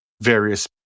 various